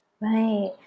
Right